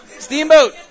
Steamboat